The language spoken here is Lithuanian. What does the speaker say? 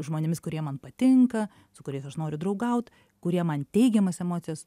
žmonėmis kurie man patinka su kuriais aš noriu draugaut kurie man teigiamas emocijas